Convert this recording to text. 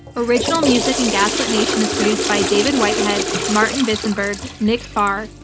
original music in gaslit nation is produced by david whitehead, martin visonberg, nick farr,